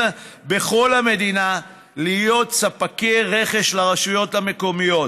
בכל המדינה להיות ספקי רכש לרשויות המקומיות.